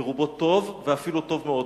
ורובו טוב ואפילו טוב מאוד.